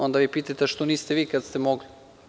Onda vi pitate – što niste vi, kada ste mogli?